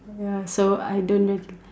ya so I don't really